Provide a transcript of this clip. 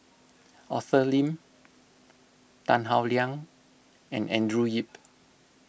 Arthur Lim Tan Howe Liang and Andrew Yip